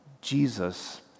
Jesus